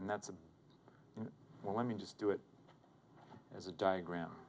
and that's a well let me just do it as a diagram